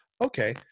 Okay